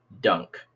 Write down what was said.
dunk